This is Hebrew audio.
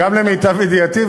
גם למיטב ידיעתי,